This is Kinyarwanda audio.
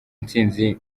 intsinzi